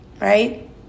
right